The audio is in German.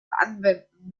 anwenden